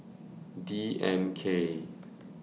D M K